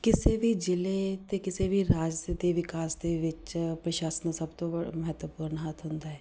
ਕਿਸੇ ਵੀ ਜ਼ਿਲ੍ਹੇ ਅਤੇ ਕਿਸੇ ਵੀ ਰਾਜ ਦੇ ਵਿਕਾਸ ਦੇ ਵਿੱਚ ਪ੍ਰਸ਼ਾਸਨ ਦਾ ਸਭ ਤੋਂ ਵ ਮਹੱਤਵਪੂਰਨ ਹੱਥ ਹੁੰਦਾ ਹੈ